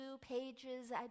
pages